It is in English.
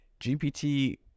GPT